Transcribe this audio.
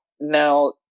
now